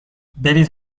بلیط